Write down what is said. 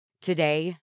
Today